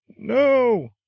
No